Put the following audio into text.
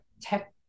tech